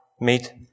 meet